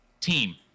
team